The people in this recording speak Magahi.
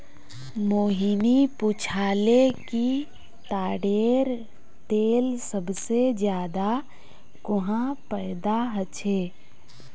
मोहिनी पूछाले कि ताडेर तेल सबसे ज्यादा कुहाँ पैदा ह छे